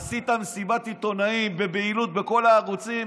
עשית מסיבת עיתונאים בבהילות בכל הערוצים.